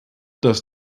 does